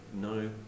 no